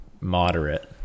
moderate